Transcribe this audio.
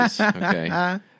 Okay